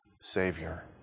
Savior